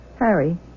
Harry